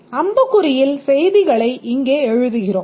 அம்புக்குறியில் செய்திகளை இங்கே எழுதுகிறோம்